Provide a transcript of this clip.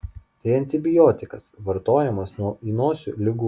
tai antibiotikas vartojamas nuo įnosių ligų